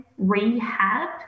rehab